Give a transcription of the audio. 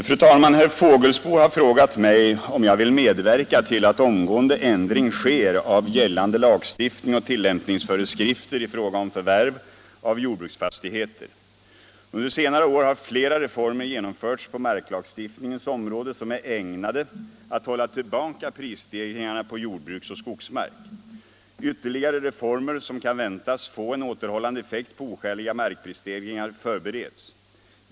Fru talman! Herr Fågelsbo har frågat mig om jag vill medverka till att omgående ändring sker av gällande lagstiftning och tillämpningsföreskrifter i fråga om förvärv av jordbruksfastigheter. Under senare år har flera reformer genomförts på marklagstiftningens område som är ägnade att hålla tillbaka prisstegringarna på jordbruksoch skogsmark. Ytterligare reformer som kan väntas få en återhållande effekt på skäliga markprisstegringar förbereds.